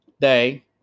day